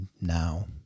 now